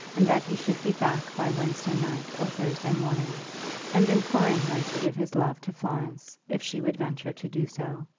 and that he should be back by wednesday night or thursday morning and imploring her to give his love to florence, if she would venture to do so.